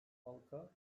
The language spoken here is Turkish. halka